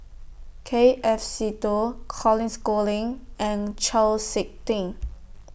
K F Seetoh Colin Schooling and Chau Sik Ting